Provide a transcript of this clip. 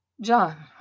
john